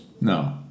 No